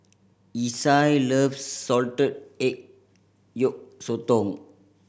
Isai loves salted egg yolk sotong